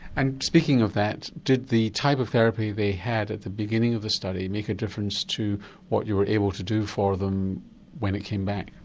and speaking of that, did the type of therapy they had at the beginning of the study make a difference to what you were able to do for them when it came back?